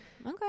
okay